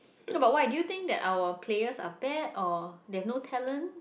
oh about why do you think that our players are bad or they have no talent